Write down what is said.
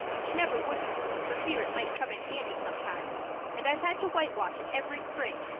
she never would before for fear it might come in handy sometime and i've had to whitewash it every spring.